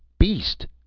beast.